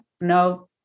no